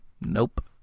nope